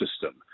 system